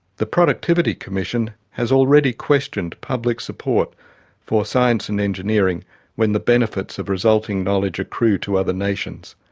the productivity commission has already questioned public support for science and engineering when the benefits of resulting knowledge accrue to other nations.